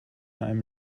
einem